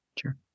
Sure